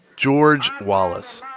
george wallace.